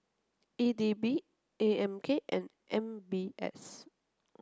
E D B A M K and M B S